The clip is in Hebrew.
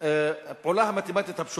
הפעולה המתמטית הפשוטה,